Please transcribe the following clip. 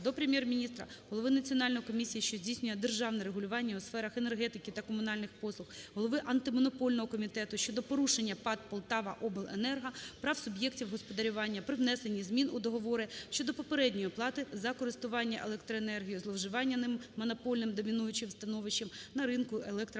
до Прем'єр-міністра, голови Національної комісії, що здійснює державне регулювання у сферах енергетики та комунальних послуг, голови Антимонопольного комітету щодо порушення ПАТ "Полтаваобленерго" прав суб'єктів господарювання при внесенні змін у договори щодо попередньої оплати за користування електроенергією, зловживання ним монопольним (домінуючим) становищем на ринку електропостачання,